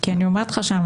אני אומרת לך שזאת